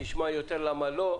נשמע יותר למה לא,